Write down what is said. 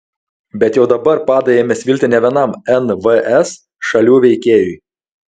bet jau dabar padai ėmė svilti ne vienam nvs šalių veikėjui